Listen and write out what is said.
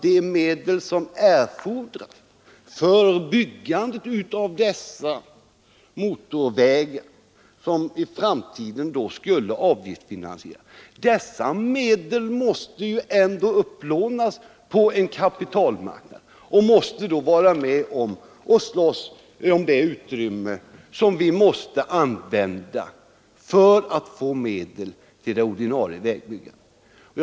De medel som erfordras för att bygga de motorvägar som då i framtiden skulle avgiftsfinansieras måste ju upplånas på kapitalmarknaden och där tas ur det utrymme som är tillgängligt för det ordinarie vägbyggandet.